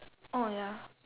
oh ya